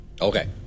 Okay